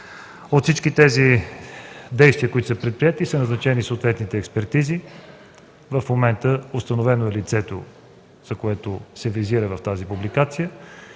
За всички действия, които са предприети, са назначени съответните експертизи. В момента е установено лицето, което се визира в публикацията.